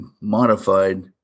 modified